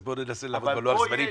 אז בוא ננסה לעמוד בלוח הזמנים.